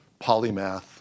polymath